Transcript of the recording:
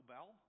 Bell